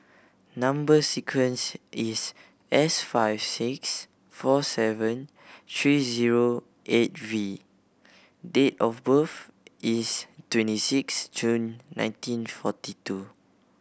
number sequence is S five six four seven three zero eight V and date of birth is twenty six June nineteen forty two